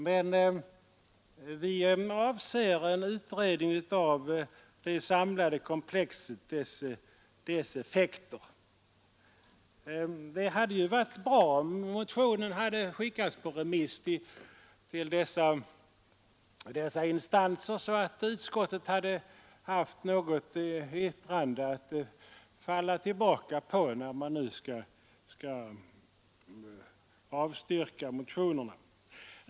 Men vi avser en utredning av det samlade komplexet och dess effekter. Det hade varit bra om motionerna hade skickats på remiss till dessa instanser så att utskottet haft något yttrande att falla tillbaka på, när det avstyrkt motionerna.